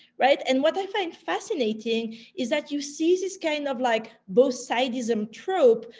right? and what i find fascinating is that you see this kind of like both sidism trope,